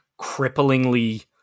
cripplingly